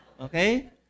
Okay